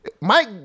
Mike